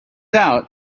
out